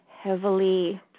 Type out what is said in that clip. heavily